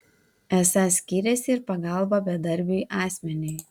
esą skiriasi ir pagalba bedarbiui asmeniui